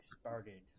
started